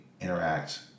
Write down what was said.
interact